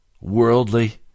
worldly